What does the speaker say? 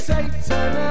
Satan